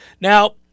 Now